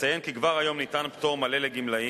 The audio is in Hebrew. אציין כי כבר היום ניתן פטור מלא לגמלאים,